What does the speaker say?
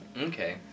Okay